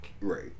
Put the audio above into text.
Right